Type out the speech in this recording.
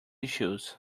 shoes